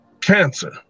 cancer